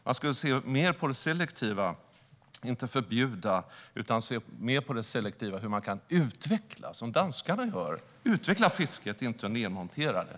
Man skulle se mer på det selektiva, inte förbjuda. Man skulle se mer på hur man kan utveckla fisket, som danskarna gör, inte nedmontera det.